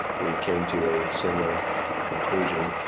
we came to a similar conclusion.